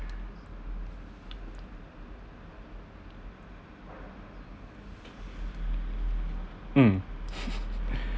mm